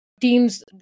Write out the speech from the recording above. teams